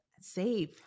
save